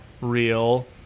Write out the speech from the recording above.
real